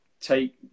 take